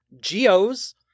Geo's